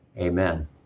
Amen